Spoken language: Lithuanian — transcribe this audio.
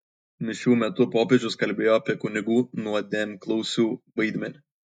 mišių metu popiežius kalbėjo apie kunigų nuodėmklausių vaidmenį